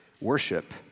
Worship